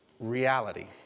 reality